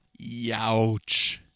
Youch